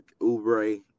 Ubre